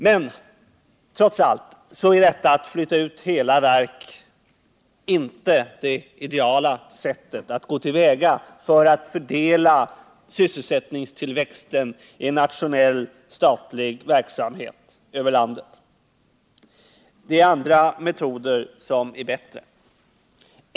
Men detta att flytta ut hela verk är trots allt inte det ideala sättet att gå till väga för att fördela sysselsättningstillväxten över landet i nationell, statlig verksamhet. Det finns andra metoder som är bättre.